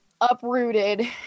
uprooted